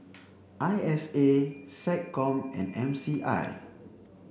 I S A SecCom and M C I